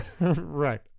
right